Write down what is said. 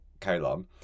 colon